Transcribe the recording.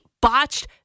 botched